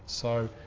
so,